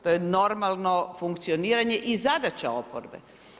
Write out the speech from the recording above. To je normalno funkcioniranje i zadaća oporbe.